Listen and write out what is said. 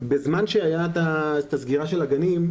בזמן שהייתה הסגירה של הגנים,